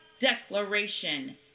declaration